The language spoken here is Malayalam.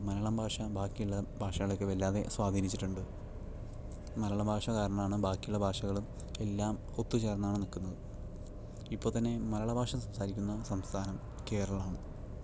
അപ്പോൾ മലയാളം ഭാഷ ബാക്കി ഉള്ള ഭാഷകളെ ഒക്കെ വല്ലാതെ സ്വാധീനിച്ചിട്ടുണ്ട് മലയാള ഭാഷ കാരണമാണ് ബാക്കി ഉള്ള ഭാഷകളും എല്ലാം ഒത്തുചേർന്നാണ് നിൽക്കുന്നത് ഇപ്പോൾ തന്നെ മലയാള ഭാഷ സംസാരിക്കുന്ന സംസ്ഥാനം കേരളമാണ്